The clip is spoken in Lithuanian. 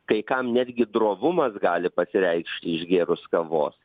kai kam netgi drovumas gali pasireikšti išgėrus kavos